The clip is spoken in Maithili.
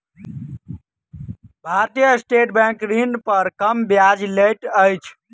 भारतीय स्टेट बैंक ऋण पर कम ब्याज लैत अछि